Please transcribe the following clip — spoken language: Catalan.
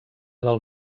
del